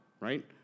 Right